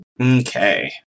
Okay